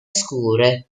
scure